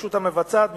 הרשות המבצעת,